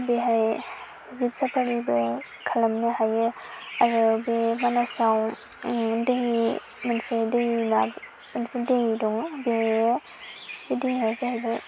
बेहाय जिब सापारिबो खालामनो हायो आरो बे मानासआव दैनि मोनसे दैमा बिदनो दै दङ बेयो बे दैया जाहैबाय